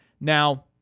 Now